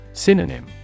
Synonym